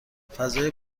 فضای